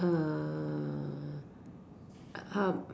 err um